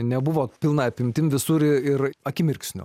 nebuvo pilna apimtim visur ir akimirksniu